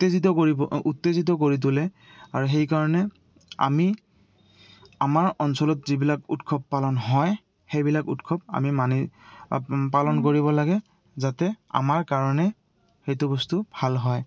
উত্তেজিত কৰিব উত্তেজিত কৰি তোলে আৰু সেইকাৰণে আমি আমাৰ অঞ্চলত যিবিলাক উৎসৱ পালন হয় সেইবিলাক উৎসৱ আমি মানি পালন কৰিব লাগে যাতে আমাৰ কাৰণে সেইটো বস্তু ভাল হয়